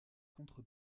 contre